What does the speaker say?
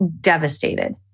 devastated